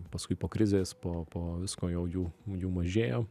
paskui po krizės po po visko jau jų jų mažėjo